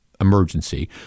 Emergency